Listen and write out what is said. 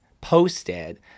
posted